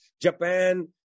Japan